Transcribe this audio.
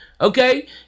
Okay